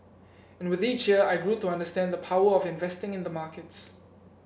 and with each year I grew to understand the power of investing in the markets